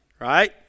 Right